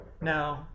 No